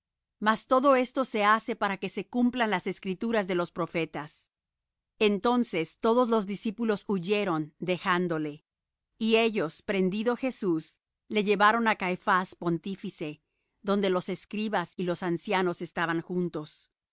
mas todo esto se hace para que se cumplan las escrituras de los profetas entonces todos los discípulos huyeron dejándole y ellos prendido jesús le llevaron á caifás pontífice donde los escribas y los ancianos estaban juntos